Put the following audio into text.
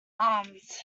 arms